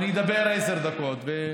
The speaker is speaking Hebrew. אני אדבר עשר דקות.